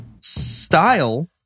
style